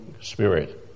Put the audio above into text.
Spirit